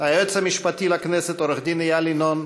היועץ המשפטי לכנסת עורך-הדין איל ינון,